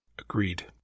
Agreed